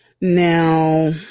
Now